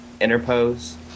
interpose